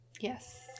Yes